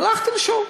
הלכתי לשאול.